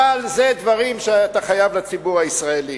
אבל זה דברים שאתה חייב לציבור הישראלי.